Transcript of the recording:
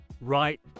right